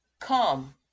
come